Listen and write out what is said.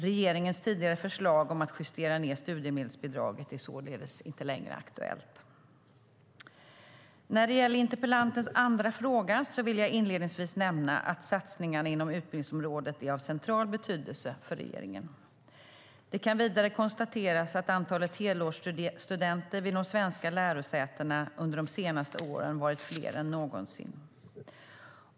Regeringens tidigare förslag om att justera ned studiemedelsbidraget är således inte längre aktuellt. När det gäller interpellantens andra fråga vill jag inledningsvis nämna att satsningar inom utbildningsområdet är av central betydelse för regeringen. Det kan vidare konstateras att antalet helårsstudenter vid de svenska lärosätena under de senaste åren varit fler än någonsin.